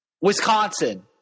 Wisconsin